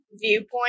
viewpoint